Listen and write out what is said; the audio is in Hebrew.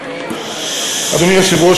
אדוני היושב-ראש,